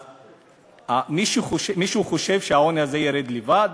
אז מישהו חושב שהעוני הזה ירד לבד?